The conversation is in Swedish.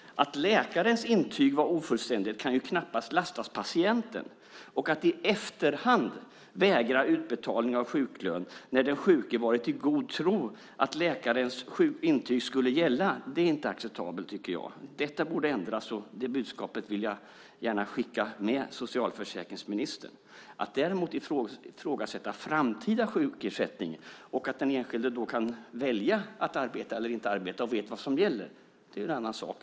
Att läkarens intyg var ofullständigt kan ju knappast patienten lastas för. Att i efterhand vägra utbetalning av sjuklön när den sjuke har varit i god tro att läkarens intyg skulle gälla är inte acceptabelt tycker jag. Det borde ändras. Det budskapet vill jag skicka med socialförsäkringsministern. Att däremot ifrågasätta framtida sjukersättning och att den enskilde då kan välja att arbeta eller inte arbeta och vet vad som gäller är en annan sak.